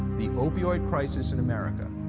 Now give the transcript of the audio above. the opioid crisis in america,